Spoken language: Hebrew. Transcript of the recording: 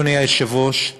אדוני היושב-ראש,